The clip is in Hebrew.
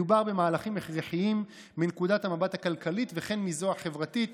מדובר במהלכים הכרחיים מנקודת המבט הכלכלית וכן מזו החברתית.